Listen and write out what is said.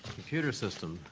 computer system,